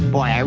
Boy